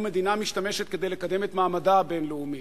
המדינה משתמשת כדי לקדם את מעמדה הבין-לאומי.